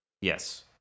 Yes